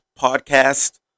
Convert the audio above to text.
podcast